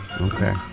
Okay